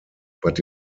but